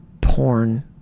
porn